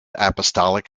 apostolic